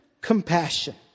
compassion